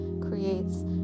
creates